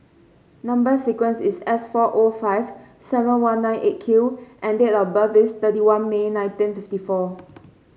number sequence is S four O five seven one nine Eight Q and date of birth is thirty one May nineteen fifty four